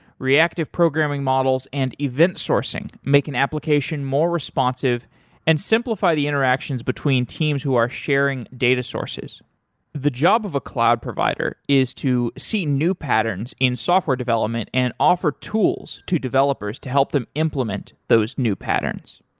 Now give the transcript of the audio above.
reactive programming models and event sourcing make an application more responsive and simplify the interactions between teams who are sharing data sources the job of a cloud provider is to see new patterns in software development and offer tools to developers to help them implement those new patterns.